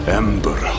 ember